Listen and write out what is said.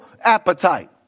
appetite